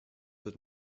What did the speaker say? wird